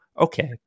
okay